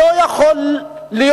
זה לא יכול להיות.